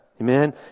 amen